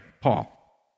Paul